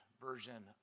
version